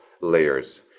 layers